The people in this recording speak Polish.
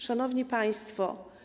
Szanowni Państwo!